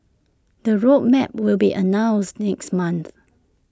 the road map will be announced next month